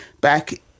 back